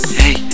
hey